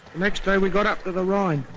next day we got up to the rhine,